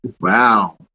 Wow